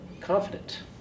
confident